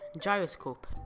gyroscope